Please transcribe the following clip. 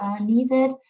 needed